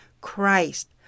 Christ